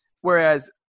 whereas